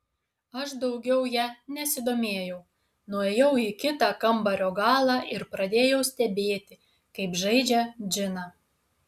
aš daugiau ja nesidomėjau nuėjau į kitą kambario galą ir pradėjau stebėti kaip žaidžia džiną